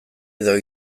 edo